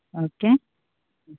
okay